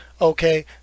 okay